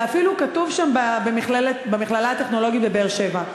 זה אפילו כתוב שם, במכללה הטכנולוגית בבאר-שבע.